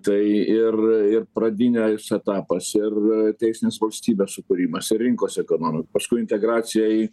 tai ir ir pradinis etapas ir teisinės valstybės sukūrimas ir rinkos ekonomika paskui integracija į